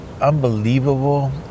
unbelievable